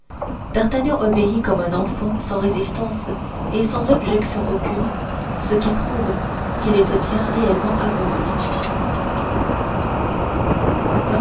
d'artagnan obéit comme un enfant sans résistance et sans objection aucune ce qui prouve qu'il était bien réellement amoureux